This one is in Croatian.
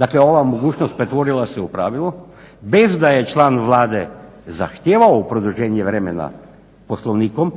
dakle ova mogućnost pretvorila se u pravilo bez da je član Vlade zahtijevao u produženje vremena Poslovnikom.